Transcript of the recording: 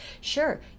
sure